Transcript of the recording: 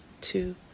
two